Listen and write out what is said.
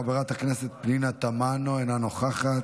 חברת הכנסת פנינה תמנו, אינה נוכחת,